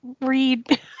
read